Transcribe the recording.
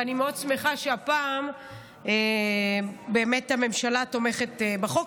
ואני מאוד שמחה שהפעם הממשלה באמת תומכת בחוק.